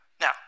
Now